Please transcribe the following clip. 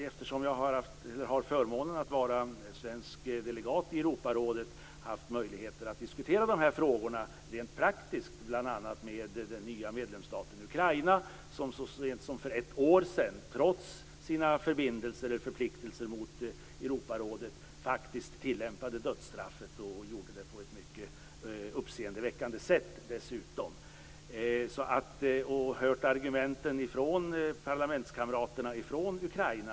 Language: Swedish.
Eftersom jag har förmånen att vara svensk delegat i Europarådet har jag haft möjlighet att diskutera de här frågorna rent praktiskt. Det har jag gjort bl.a. med den nya medlemsstaten Ukraina, som så sent som för ett år sedan trots sina förpliktelser mot Europarådet faktiskt tillämpade dödsstraffet och som dessutom gjorde det på ett mycket uppseendeväckande sätt. Jag har hört argumenten från parlamentskamraterna från Ukraina.